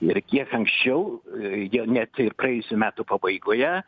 ir kiek anksčiau jie net ir praėjusių metų pabaigoje